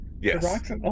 yes